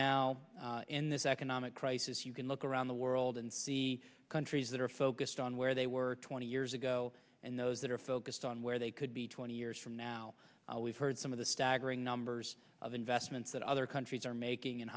now in this economic crisis you can look around the world and see countries that are focused on where they were twenty years ago and those that are focused on where they could be twenty years from now we've heard some of the staggering numbers of investments that other countries are making